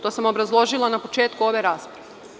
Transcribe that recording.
To sam obrazložila na početku ove rasprave.